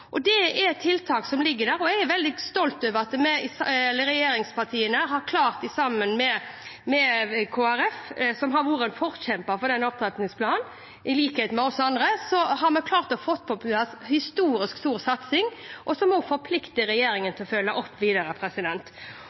det er tiltak som ligger der. Jeg er veldig stolt over at regjeringspartiene sammen med Kristelig Folkeparti, som har vært en forkjemper for opptrappingsplanen i likhet med oss andre, har klart å få på plass en historisk stor satsing som forplikter regjeringen til å følge opp videre.